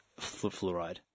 fluoride